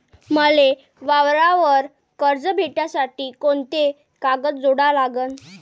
मले वावरावर कर्ज भेटासाठी कोंते कागद जोडा लागन?